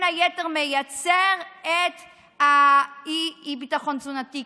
היתר מייצר את האי-ביטחון התזונתי.